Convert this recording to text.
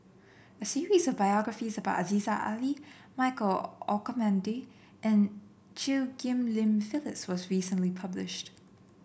a series of biographies about Aziza Ali Michael Olcomendy and Chew Ghim Lian Phyllis was recently published